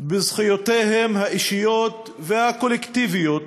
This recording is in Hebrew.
בזכויותיהם האישיות והקולקטיביות